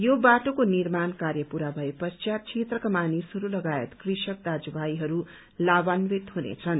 यो बाटोको निर्माण कार्य पूरा भए पश्चात क्षेत्रका मानिसहरू लगायत कृषक दाजुभाईहरू लाभान्वित हुनेछन्